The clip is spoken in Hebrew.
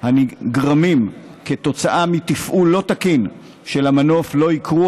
הנגרמים מתפעול לא תקין של המנוף לא יקרו,